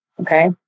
okay